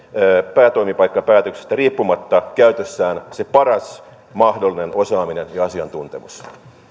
päätoimipaikkapäätöksestä riippumatta käytössään se paras mahdollinen osaaminen ja asiantuntemus